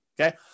okay